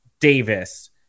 Davis